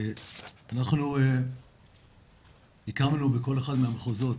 אנחנו הקמנו בכל אחד מהמחוזות